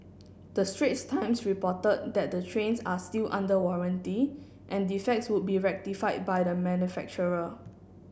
the Straits Times reported that the trains are still under warranty and defects would be rectified by the manufacturer